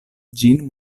ĝin